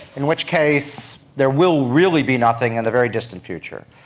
in which case there will really be nothing in the very distant future.